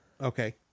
okay